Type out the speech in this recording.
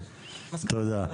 תודה רבה.